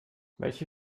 welche